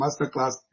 Masterclass